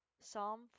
Psalm